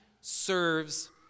serves